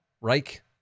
Reich